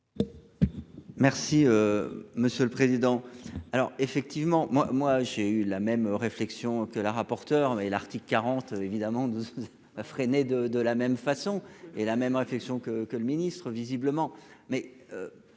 Merci. Monsieur le président. Alors effectivement moi moi j'ai eu la même réflexion que la rapporteure mais l'article 40 évidemment. À freiner de de la même façon et la même réflexion que que le ministre visiblement